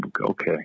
Okay